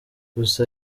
gusa